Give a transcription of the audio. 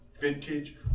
Vintage